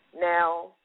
now